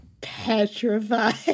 petrified